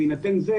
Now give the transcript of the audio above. בהינתן זה